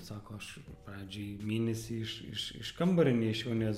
sako aš pradžiai mėnesį iš iš iš kambario neišėjau nes